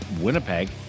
Winnipeg